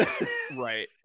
Right